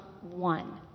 one